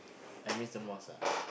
I miss the mosque ah